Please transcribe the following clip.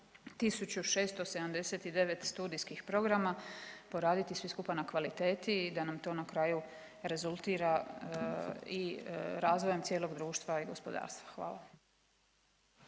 1679 studijskih programa, poraditi svi skupa na kvaliteti i da nam to na kraju rezultira i razvojem cijelog društva i gospodarstva, hvala.